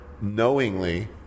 knowingly